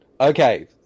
Okay